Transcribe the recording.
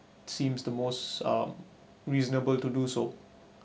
seems the most um reasonable to do so